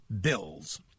bills